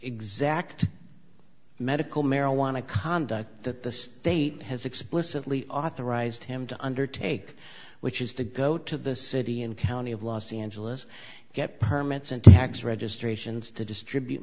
exact medical marijuana conduct that the state has explicitly authorized him to undertake which is to go to the city and county of los angeles get permits and tax registrations to distribute